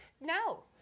No